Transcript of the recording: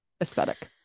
aesthetic